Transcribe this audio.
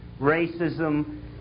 racism